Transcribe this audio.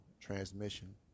transmission